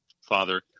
father